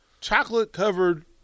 chocolate-covered